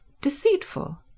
Deceitful